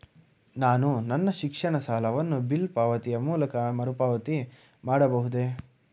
ನಾನು ನನ್ನ ಶಿಕ್ಷಣ ಸಾಲವನ್ನು ಬಿಲ್ ಪಾವತಿಯ ಮೂಲಕ ಮರುಪಾವತಿ ಮಾಡಬಹುದೇ?